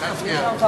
זה הרעיון.